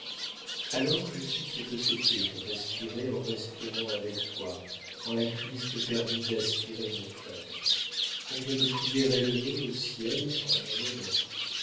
alors j'ai su ce que c'était que respirer en respirant avec toi quand la crise le permit d'aspirer notre air combien de prières élevées au ciel en un moment